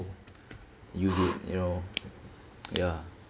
use it you know ya